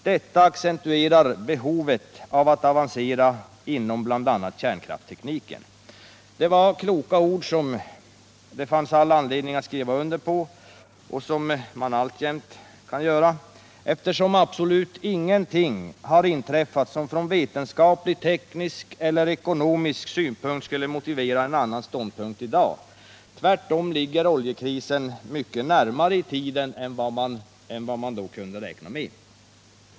Detta accentuerar behovet av att avancera inom bl.a. kärnkrafttekniken.” Det var kloka ord som det fanns all anledning att skriva under på —- det kan man alltjämt göra — eftersom absolut ingenting har inträffat som från vetenskaplig, teknisk eller ekonomisk synpunkt skulle motivera en annan ståndpunkt i dag. Tvärtom ligger oljekrisen mycket närmare i tiden än man då kunde räkna med.